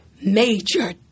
Major